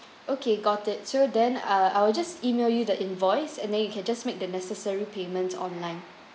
okay got it so then uh I will just email you the invoice and then you can just make the necessary payments online